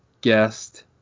guest